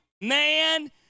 man